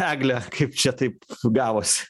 egle kaip čia taip gavosi